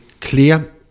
clear